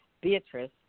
Beatrice